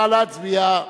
נא להצביע.